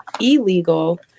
illegal